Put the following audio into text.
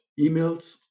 emails